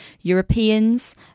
Europeans